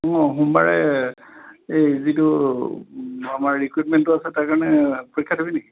অঁ সোমবাৰে এই যিটো আমাৰ ৰিক্ৰুইটমেণ্টটো আছে তাৰ কাৰণে পৰীক্ষা দিবি নেকি